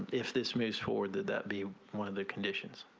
if this means for that that be one of the conditions.